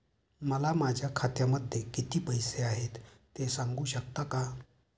मला माझ्या खात्यामध्ये किती पैसे आहेत ते सांगू शकता का?